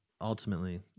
ultimately